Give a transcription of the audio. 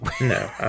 no